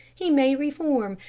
he may reform.